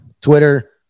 Twitter